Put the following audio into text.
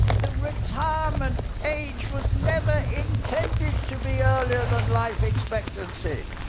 the retirement age was never intended to be earlier than life expectancy.